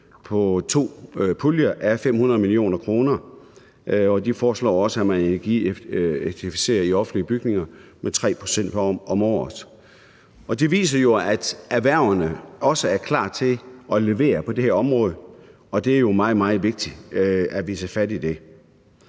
af to puljer a 500 mio. kr. De foreslår også, at man energieffektiviserer i offentlige bygninger med 3 pct. om året. Det viser jo, at erhvervene også er klar til at levere på det her område, og det er jo meget, meget vigtigt, at vi tager fat i det.